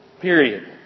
Period